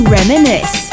Reminisce